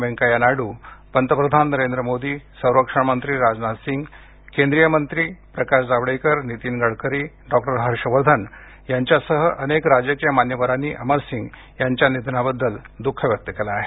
वेंकय्या नायडु पंतप्रधान नरेंद्र मोदी संरक्षण मंत्री राजनाथ सिंग केंद्रीय मंत्री प्रकाश जावडेकर नीतीन गडकरी डॉक्टर हर्ष वर्धन यांच्यासह अनेक राजकीय मान्यवरांनी अमर सिंग यांच्या निधनाबद्दल द्ःख व्यक्त केलं आहे